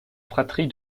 fratrie